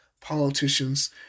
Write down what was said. politicians